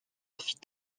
fit